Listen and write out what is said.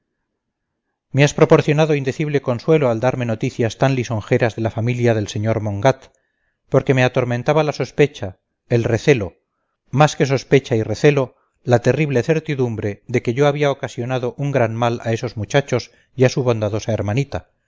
me has proporcionado indecible consuelo al darme noticias tan lisonjeras de la familia del sr mongat porque me atormentaba la sospecha el recelo más que sospecha y recelo la terrible certidumbre de que yo había ocasionado un gran mal a esos muchachos y a su bondadosa hermanita